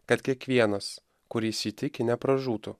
kad kiekvienas kuris jį tiki nepražūtų